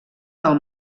del